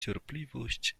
cierpliwość